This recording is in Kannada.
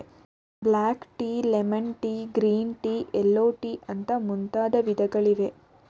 block tea, lemon tea, green tea, yellow tea ಅಂತ ಮುಂತಾದ ವಿಧಗಳಿವೆ